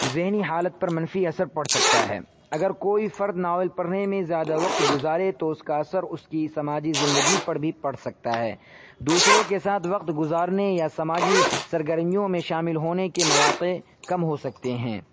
ذہنی حالت پر منفی اثر پڑ سکتا ہے اگر کوئی فرد ناول پڑھنے میں زیادہ وقت گزارے تو اس کا اثر اس کی سماجی زندگی پر بھی پڑ سکتا ہے دوسروں کے ساتھ وقت گزارنے یا سماجی سرگرمیوں میں شامل ہونے کے مواقع کم ہو سکتے ہیں